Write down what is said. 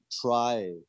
try